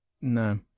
No